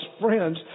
friends